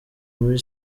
muri